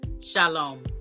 Shalom